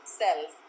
self